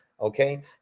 Okay